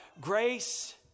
grace